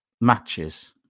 matches